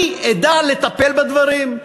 אני אדע לטפל בדברים.